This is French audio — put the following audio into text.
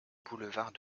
boulevard